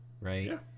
right